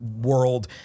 world